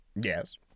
Yes